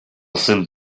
syn